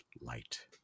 light